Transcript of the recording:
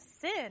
sin